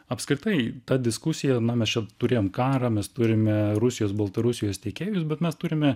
apskritai ta diskusija na mes čia turėjom karą mes turime rusijos baltarusijos tiekėjus bet mes turime